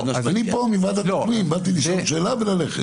אני פה מוועדת הפנים, באתי לשאול שאלה וללכת.